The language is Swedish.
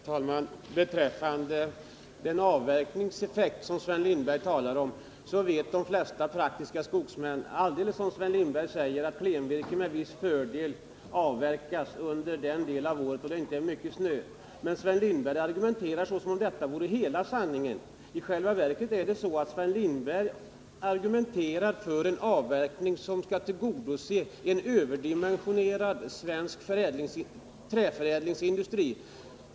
Herr talman! Beträffande den avverkningseffekt som Sven Lindberg talade om vill jag säga att de flesta praktiska skogsmän, alldeles som Sven Lindberg sade, vet att klenvirke med viss fördel avverkas under den del av året då det inte är mycket snö. Men Sven Lindberg argumenterade som om detta vore hela sanningen. I själva verket argumenterade Sven Lindberg för en avverkning som skall tillgodose en överdimensionerad svensk träförädlingsindustri.